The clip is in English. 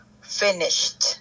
Finished